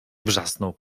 wrzasnął